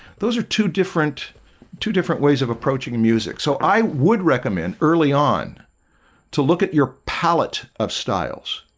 those are two different two different ways of approaching music so i would recommend early on to look at your palette of styles.